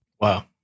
Wow